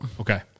Okay